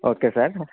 okay sir